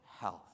health